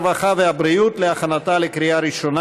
הרווחה והבריאות נתקבלה.